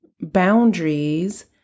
boundaries